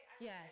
yes